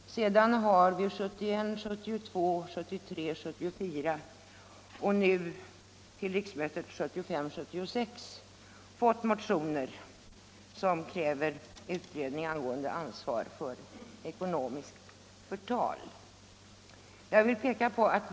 Sedan har vi 1971, 1972, 1973, 1974 och nu till riksmötet 1975/76 fått motioner som kräver utredning angående ansvar för ekonomiskt förtal.